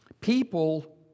people